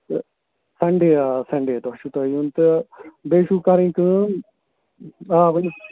تہٕ سَنٛڈے آ سَنٛڈے دۄہ چھُو تۄہہِ یُن تہٕ بیٚیہِ چھُو کَرٕنۍ کٲم آ ؤنِو